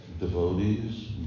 devotees